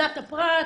צנעת הפרט,